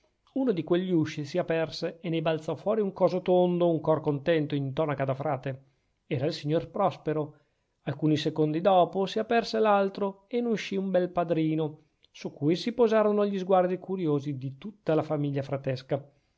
uno di quegli usci si aperse e ne balzò fuori un coso tondo un cor contento in tonaca da frate era il signor prospero alcuni secondi dopo si aperse l'altro e ne usci un bel padrino su cui si posarono gli sguardi curiosi di tutta la famiglia fratesca